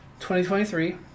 2023